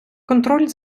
контроль